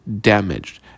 damaged